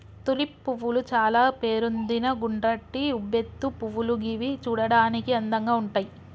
tulip పువ్వులు చాల పేరొందిన గుండ్రటి ఉబ్బెత్తు పువ్వులు గివి చూడడానికి అందంగా ఉంటయ్